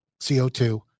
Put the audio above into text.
CO2